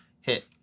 Hit